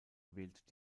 wählt